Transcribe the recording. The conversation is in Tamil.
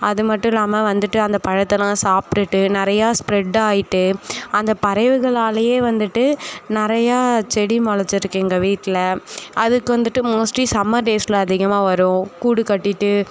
அது மட்டும் இல்லாமல் வந்துட்டு அந்த பழத்தலாம் சாப்பிட்டுட்டு நிறையா ஸ்ப்ரெட்டாகிட்டு அந்த பறவைகளாலேயே வந்துட்டு நிறையா செடி முளச்சிருக்கு எங்கள் வீட்டில் அதுக்கு வந்துட்டு மோஸ்ட்லி சம்மர் டேஸில் அதிகமாக வரும் கூடு கட்டிட்டு